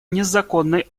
незаконной